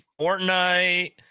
Fortnite